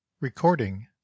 recording